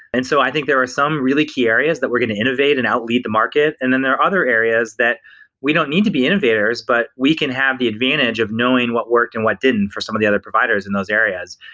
and so i think there are some really key areas that we're going to innovate and out lead the market. and then there are other areas that we don't need to be innovators, but we can have the advantage of knowing what worked and what didn't for some of the other providers in those areas.